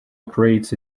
operates